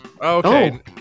okay